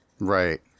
right